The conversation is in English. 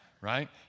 right